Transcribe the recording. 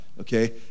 okay